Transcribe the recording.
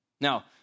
Now